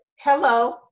Hello